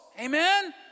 Amen